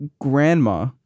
Grandma